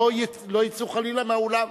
לא יצאו חלילה מהאולם.